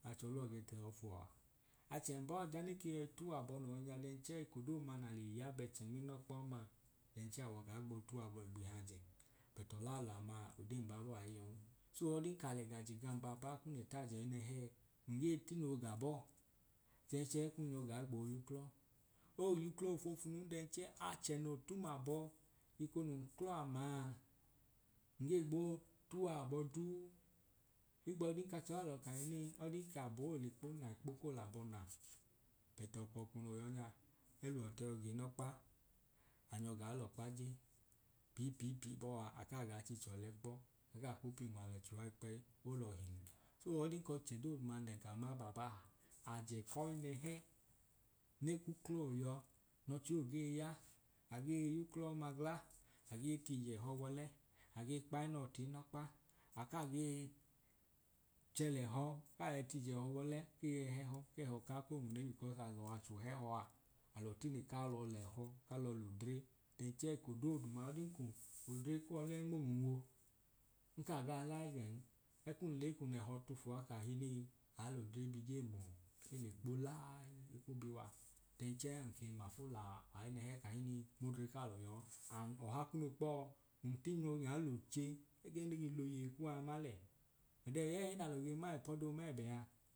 Ach'ọluwọ ge tehọ fuwọ a. Achem baa ẹẹdoya neke yoi tuwọ abọ no yọ nya then chee eko doduma na le ya bẹchẹ nmi nọkpa ọmaa then chẹẹ a wa gaa gboo tuwa abọ igbihajẹ. but ọlalọ amaa oden babọọ aa yọn. so odin ka l'ẹga jegam baabaa kun le t'ajọyinẹhẹẹ, ngẹẹ tinoo ga bọọ chẹẹ kun nyọ gai gboo yuklọ. ooy'uklọ foofunun, then chẹẹ achẹ no tum abọ eko nun kla amaa ngee gboo tuwa abọ duu higbọdin kach'ọlalọ kahinin ọdin k'abọ oo likpo na ikpo koo labọ na. But ọkw'ọkwu no yọ nya eluwọ t'ẹhọ gii nọkpa, anyọ gaa lọkpa je pii pii pii bọọ aa akaa gaa chiche ọlẹ kpọ akaa ku pi unwalu chua ikpẹyi, olọhi? So odin ko chẹ dooduma l'ẹga ma baabaa, aje kọi nẹhẹ ne ku klọ o yọa, n'ọche ge ya, a gee yu klọ ọma gla, a gee t'ije ẹho w'ọlẹ, agee kpai enọọ tii nọkpa, akaa gee chẹ lẹhẹ kai t'ije ẹhẹ w'ọlẹ ke yọi hẹhọ k'ẹhọ kaa ko nwune because alọ w'acho hẹhọ aa, alo tine kalo leho kalo l'odre then chee eko dooduma odin k'odre kọlẹ nmumunwu nkaa gaa laẹ gẹn, ẹkum lekun lẹhọ tufuwa kahinin aa l'odre bigem oo ele kpolai ekwu biwa then chẹẹ nkei mafu la ayinẹhẹ kahinii m'odre kalọ yọọ. And ọha kunu kpọọ, ntin'ogaa luche ẹgẹ nege l'oyeyi kuwa ma lẹ. oda eyeyei na lo ge ma ip'ọdo mẹbẹ a